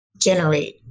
generate